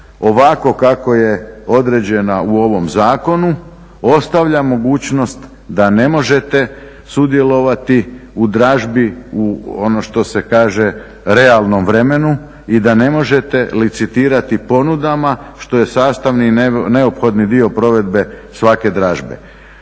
ovako kako je određena u ovom zakonu ostavlja mogućnost da ne možete sudjelovati u dražbi, u ono što se kaže realnom vremenu i da ne možete licitirati ponudama što je sastavni i neophodni dio provedbe svake dražbe.